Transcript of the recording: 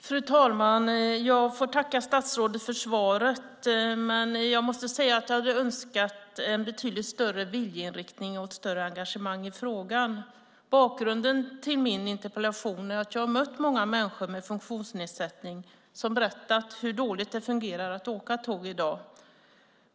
Fru talman! Jag får tacka statsrådet för svaret, men jag måste säga att jag hade önskat en betydligt starkare viljeinriktning och ett större engagemang i frågan. Bakgrunden till min interpellation är att jag har mött många människor med funktionsnedsättning som har berättat hur dåligt det fungerar att åka tåg i dag.